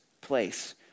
place